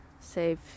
save